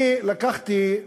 אני לקחתי,